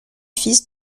fils